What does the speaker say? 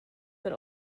but